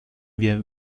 wir